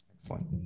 Excellent